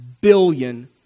billion